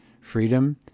Freedom